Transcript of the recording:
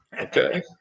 okay